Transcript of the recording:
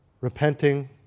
Repenting